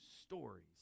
stories